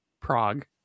Prague